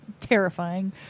terrifying